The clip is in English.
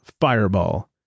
Fireball